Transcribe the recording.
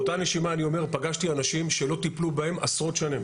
באותה נשימה אני אומר פגשתי אנשים שלא טיפלו בהם עשרות שנים,